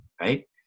right